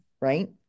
right